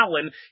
Allen